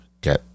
get